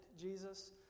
Jesus